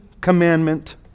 commandment